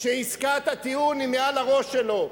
שעסקת הטיעון היא מעל הראש שלו,